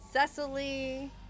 Cecily